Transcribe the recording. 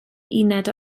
uned